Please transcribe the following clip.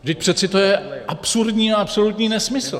Vždyť přeci to je absurdní a absolutní nesmysl.